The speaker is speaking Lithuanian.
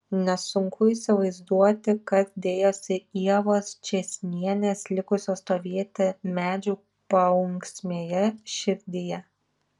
nesunku įsivaizduoti kas dėjosi ievos čėsnienės likusios stovėti medžių paunksmėje širdyje